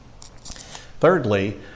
Thirdly